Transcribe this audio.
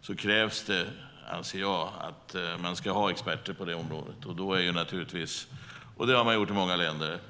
anser jag att det krävs att man har experter på området. Det har man i många länder.